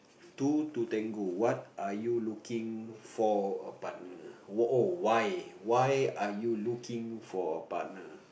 two to tango what are you looking for a partner oh why why are you looking for a partner